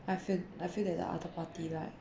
I feel I feel that the other party like